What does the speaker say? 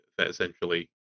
essentially